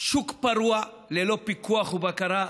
שוק פרוע ללא פיקוח ובקרה.